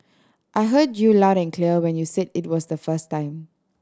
I heard you loud and clear when you said it was the first time